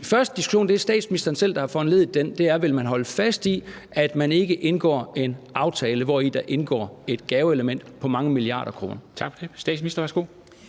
første diskussion har statsministeren selv foranlediget. Vil man holde fast i, at man ikke indgår en aftale, hvori der indgår et gaveelement på mange milliarder kroner? Kl. 13:20 Formanden (Henrik